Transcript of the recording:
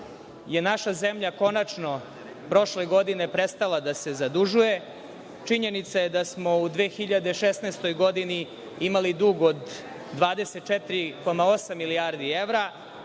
je naša zemlja konačno prošle godine prestala da se zadužuje, činjenica je da smo u 2016. godini imali dug od 24,8 milijardi evra,